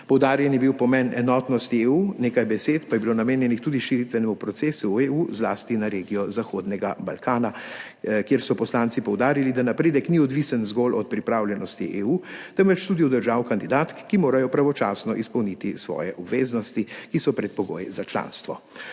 Poudarjen je bil pomen enotnosti EU, nekaj besed pa je bilo namenjenih tudi širitvenemu procesu v EU, zlasti na regijo Zahodnega Balkana, kjer so poslanci poudarili, da napredek ni odvisen zgolj od pripravljenosti EU, temveč tudi od držav kandidatk, ki morajo pravočasno izpolniti svoje obveznosti, ki so predpogoj za članstvo.